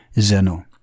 Zeno